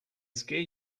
scare